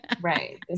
right